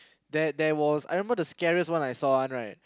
there there was I remember the scariest one I saw one right